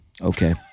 Okay